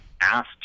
asked